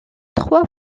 trois